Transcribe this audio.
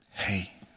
Hey